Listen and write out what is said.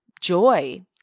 joy